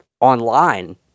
online